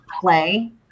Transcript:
play